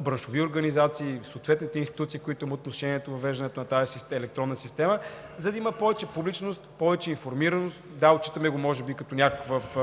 браншови организации, съответните институции, които имат отношение по въвеждането на тази електронна система, за да има повече публичност, повече информираност. Да, отчитаме може би като някакъв